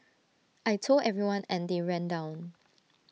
I Told everyone and they ran down